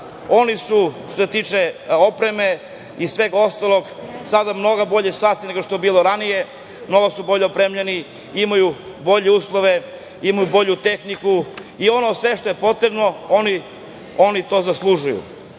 oni su, što se tiče opreme i svega ostalog, sada je mnogo bolja situacija nego što je bila ranije, mnogo su bolje opremljeni i imaju bolje uslove, imaju bolju tehniku i ono sve što je potrebno oni to zaslužuju.